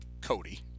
Cody